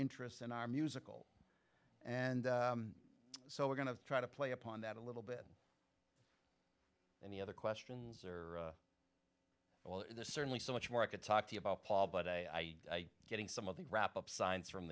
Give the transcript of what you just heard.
interest in our musical and so we're going to try to play upon that a little bit and the other questions are well there's certainly so much more i could talk to you about paul but i getting some of the wrap up signs from